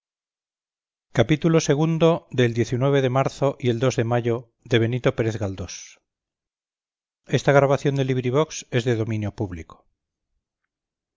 xxvi xxvii xxviii de marzo y el de mayo de benito pérez